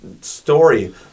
story